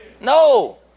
No